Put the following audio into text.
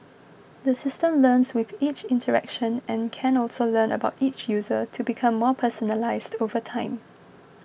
the system learns with each interaction and can also learn about each user to become more personalised over time